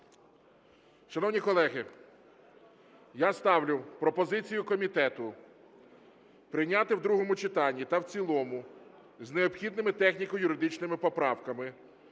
Шановні колеги, я ставлю пропозицію комітету прийняти в другому читанні та в цілому з необхідними техніко-юридичними поправками